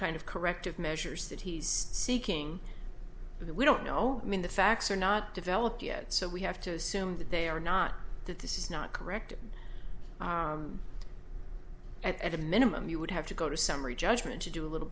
kind of corrective measures that he's seeking that we don't know when the facts are not developed yet so we have to assume that they are not that this is not correct at a minimum you would have to go to summary judgment to do a little